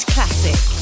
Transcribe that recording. Classic